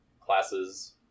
classes